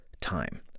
time